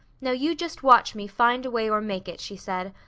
now you just watch me find a way or make it she said.